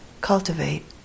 cultivate